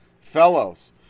fellows